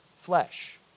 flesh